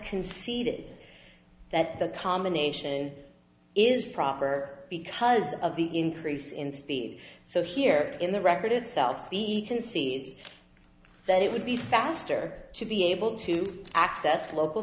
conceded that the combination is proper because of the increase in speed so here in the record itself even seeds that it would be faster to be able to access local